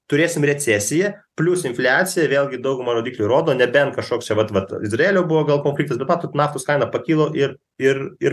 turėsim recesiją plius infliacija vėlgi dauguma rodiklių rodo nebent kažoks vat vat izraelio buvo gal pokytis bet matot naftos kaina pakilo ir ir ir